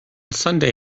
sunday